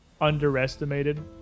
underestimated